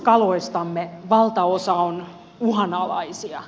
vaelluskaloistamme valtaosa on uhanalaisia